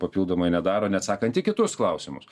papildomai nedaro neatsakant į kitus klausimus